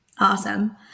Awesome